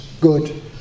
good